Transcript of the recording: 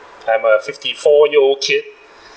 I'm a fifty-four year old kid